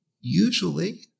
usually